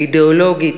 האידיאולוגית,